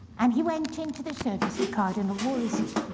and he went into the service of cardinal wolsey.